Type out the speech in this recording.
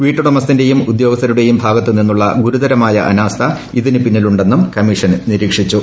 വീട്ടുടമസ്ഥന്റെയും ഉദ്യോഗസ്ഥരുടെയും ഭാഗത്തു നിന്നുള്ള ഗുരുതരമായ അനാസ്ഥ ഇതിനു പിന്നിലുണ്ടെന്നും കമ്മീഷൻ നിരീക്ഷിച്ചു